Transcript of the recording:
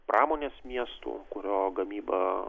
pramonės miestu kurio gamyba